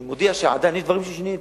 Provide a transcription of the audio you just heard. אני מודיע שיש דברים ששיניתי,